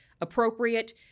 appropriate